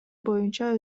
боюнча